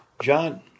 John